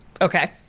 Okay